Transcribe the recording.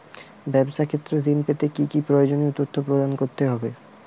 ব্যাবসা ক্ষেত্রে ঋণ পেতে কি কি প্রয়োজনীয় তথ্য প্রদান করতে হবে?